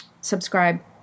subscribe